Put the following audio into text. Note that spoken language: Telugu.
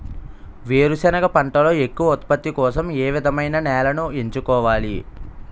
వేరుసెనగ పంటలో ఎక్కువ ఉత్పత్తి కోసం ఏ విధమైన నేలను ఎంచుకోవాలి?